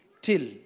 till